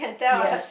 yes